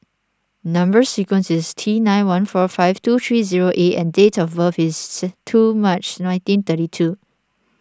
Number Sequence is T nine one four five two three zero A and date of birth is two March nineteen thirty two